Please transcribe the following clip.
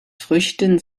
früchten